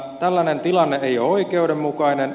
tällainen tilanne ei ole oikeudenmukainen